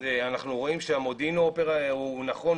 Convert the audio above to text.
אז אנחנו רואים שהמודיעין הוא נכון,